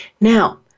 Now